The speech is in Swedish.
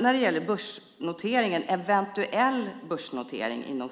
När det gäller en eventuell börsnotering